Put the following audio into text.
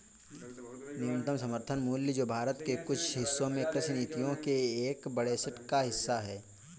न्यूनतम समर्थन मूल्य जो भारत के कुछ हिस्सों में कृषि नीतियों के एक बड़े सेट का हिस्सा है